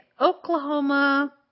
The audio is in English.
Oklahoma